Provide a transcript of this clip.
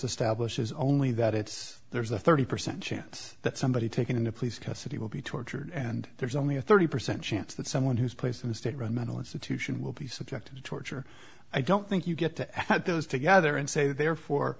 establishes only that it's there's a thirty percent chance that somebody taken into police custody will be tortured and there's only a thirty percent chance that someone who's placed in the state run mental institution will be subjected to torture i don't think you get to those together and say therefore